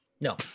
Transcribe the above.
No